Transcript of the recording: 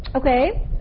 Okay